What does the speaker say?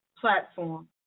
platform